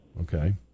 Okay